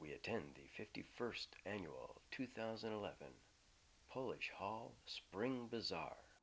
we attend the fifty first annual two thousand and eleven polish home spring bizarre